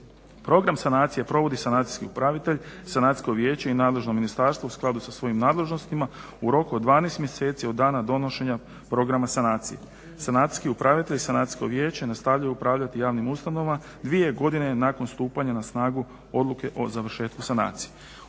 Program sanacije provodi sanacijski upravitelj, sanacijsko vijeće i nadležno ministarstvo u skladu sa svojim nadležnostima u roku od 12 mjeseci od dana donošenja programa sanacije. Sanacijski upravitelj, sanacijsko vijeće nastavljaju upravljati javnim ustanovama dvije godine nakon stupanja na snagu odluke o završetku sanacije.